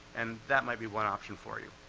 and that might be one option for you,